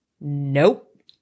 nope